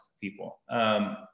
people